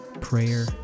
prayer